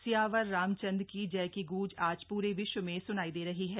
सियावर रामचन्द्र की जय की गूंज आज पूरे विश्व में स्नाई दे रही है